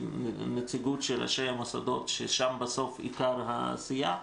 נציגות של ראשי המוסדות ששם בסופו של דבר עיקר העשייה,